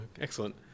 excellent